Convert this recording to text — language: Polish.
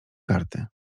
karty